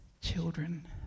children